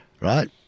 right